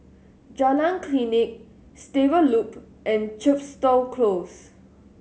Jalan Klinik Stable Loop and Chepstow Close